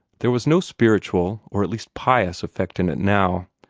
there was no spiritual, or at least pious, effect in it now.